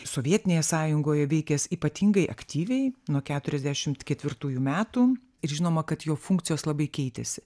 sovietinėje sąjungoje veikęs ypatingai aktyviai nuo keturiasdešimt ketvirtųjų metų ir žinoma kad jo funkcijos labai keitėsi